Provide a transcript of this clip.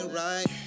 right